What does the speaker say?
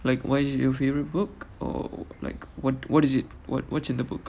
like what is your favourite book or like what what is it what what's in the book